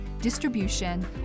distribution